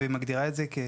ומגדירה את זה כ: